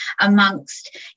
amongst